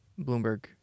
Bloomberg